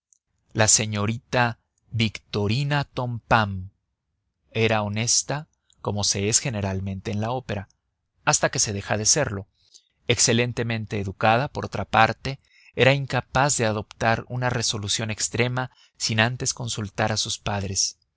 la señorita victorina tompam era honesta como se es generalmente en la opera hasta que se deja de serlo excelentemente educada por otra parte era incapaz de adoptar una resolución extrema sin antes consultar a sus padres